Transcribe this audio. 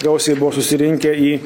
gausiai buvo susirinkę į